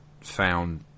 found